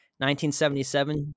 1977